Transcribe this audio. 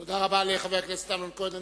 תודה רבה לחבר הכנסת אמנון כהן.